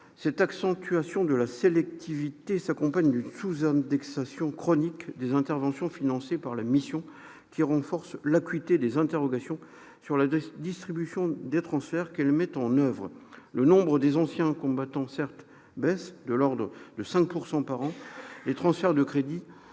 cette accentuation de la sélectivité s'accompagne d'une sous-indexation chronique des interventions financées par la mission, qui renforce l'acuité des interrogations sur la distribution des transferts qu'elle met en oeuvre. Le nombre des anciens combattants baisse, de l'ordre de 5 % par an. Les crédits de transferts